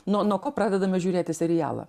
nuo nuo ko pradedame žiūrėti serialą